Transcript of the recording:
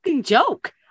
joke